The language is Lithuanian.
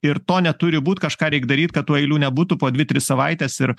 ir to neturi būt kažką reik daryt kad tų eilių nebūtų po dvi tris savaites ir